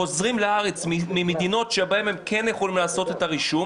חוזרים לארץ ממדינות שבהן הם כן יכולים לעשות את הרישום,